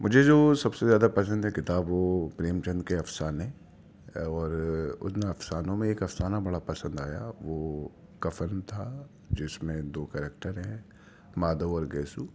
مجھے جو سب زیادہ پسند ہے کتاب وہ پریم چند کے افسانے اور ان افسانوں میں ایک افسانہ بڑا پسند آیا وہ کفن تھا جس میں دو کیریکٹر ہیں مادھو اور گھیسو